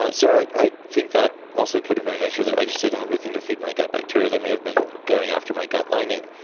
so, i i think that also could have been an issue, that i just didn't have anything to feed my gut bacteria. they may have been going after my gut lining.